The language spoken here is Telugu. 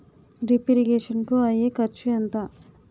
డ్రిప్ ఇరిగేషన్ కూ అయ్యే ఖర్చు ఎంత?